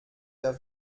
der